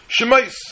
Shemais